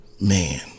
Man